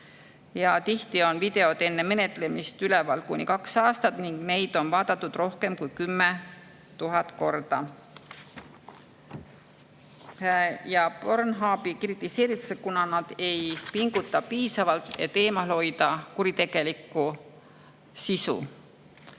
Tihti on videod enne menetlemist üleval kuni kaks aastat ning neid on vaadatud rohkem kui 10 000 korda. Pornhubi kritiseeritakse, kuna nad ei pinguta piisavalt, et hoida eemal kuritegelikku sisu.